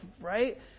right